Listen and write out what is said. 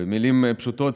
ובמילים פשוטות,